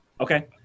Okay